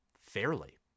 fairly